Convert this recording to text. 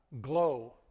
glow